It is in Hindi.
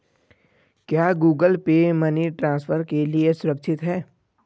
क्या गूगल पे मनी ट्रांसफर के लिए सुरक्षित है?